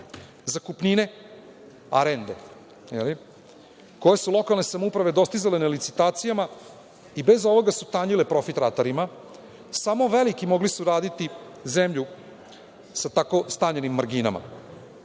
zakupnine arende koje su lokalne samouprave dostizale na licitacijama i bez ovoga su tanjile profit ratarima. Samo veliki su mogli raditi zemlju sa tako stanjenim marginama. Matematika